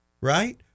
right